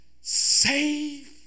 save